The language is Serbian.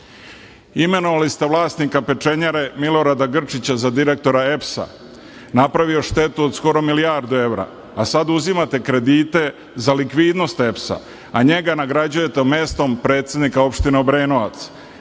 evra. Imenovali ste vlasnika pečenjare Milorada Grčića za direktora EPS-a. Napravio je štetu od skoro milijardu evra, a sada uzimate kredite za likvidnost EPS-a, a njega nagrađujete mestom predsednika opštine Obrenovac. Posle